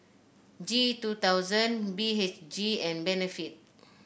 G two thousand B H G and Benefit